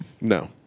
No